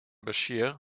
bashir